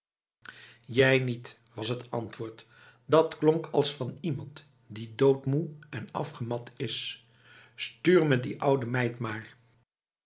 jij niet was het antwoord dat klonk als van iemand die doodmoe en afgemat is stuur me die oude meid maar